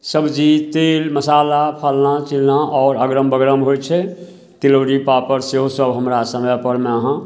सबजी तेल मसाला फल्लाँ चिल्लाँ आओर अगरम बगरम होइ छै तिलौड़ी पापड़ सेहो सभ हमरा समयपरमे अहाँ